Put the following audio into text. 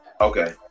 Okay